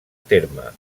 terme